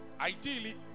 ideally